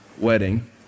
wedding